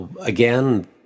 Again